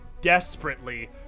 desperately